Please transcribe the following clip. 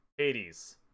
80s